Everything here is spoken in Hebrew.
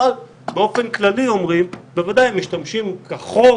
אומרים שבאופן כללי שהמשטרה משתמשת כחוק